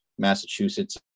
Massachusetts